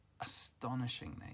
astonishingly